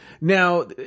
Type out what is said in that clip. Now